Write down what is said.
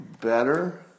Better